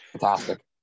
fantastic